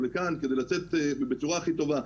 או לכאן כדי לצאת בצורה הכי טובה,